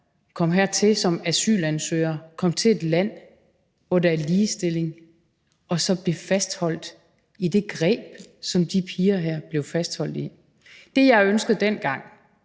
komme hertil som asylansøger, komme til et land, hvor der er ligestilling, og så blive fastholdt i det greb, som de her piger blev fastholdt i. Det, jeg ønskede dengang,